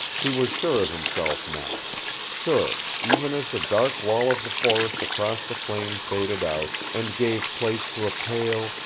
he was sure of himself now sure even as the dark wall of the forest across the plain faded out, and gave place to a pale,